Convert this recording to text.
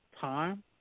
time